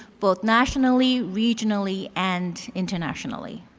both nationally, regionally, and internationally.